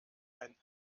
ein